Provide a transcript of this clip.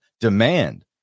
demand